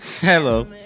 Hello